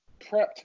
prepped